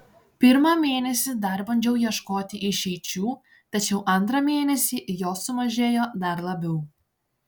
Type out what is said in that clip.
pirmą mėnesį dar bandžiau ieškoti išeičių tačiau antrą mėnesį jos sumažėjo dar labiau